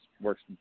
works